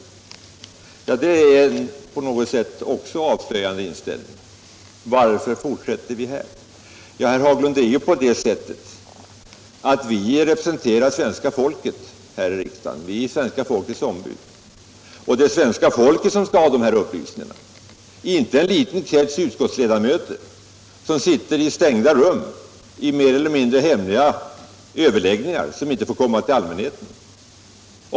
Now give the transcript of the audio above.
Ja, det är på något sätt också en avslöjande inställning. Det är ju på det sättet, herr Haglund, att vi här i riksdagen representerar svenska folket. Vi är svenska folkets ombud. Och det är svenska folket som skall ha dessa upplysningar, inte en liten krets utskottsledamöter som sitter i stängda rum i mer eller mindre hemliga överläggningar som inte får komma till allmänhetens kännedom.